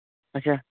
اچھا